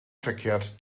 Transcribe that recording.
verkehrt